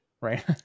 right